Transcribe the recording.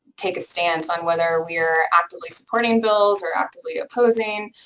take a stance on whether we are actively supporting bills or actively opposing,